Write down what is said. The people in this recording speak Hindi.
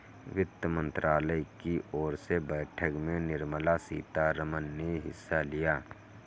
वित्त मंत्रालय की ओर से बैठक में निर्मला सीतारमन ने हिस्सा लिया